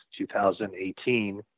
2018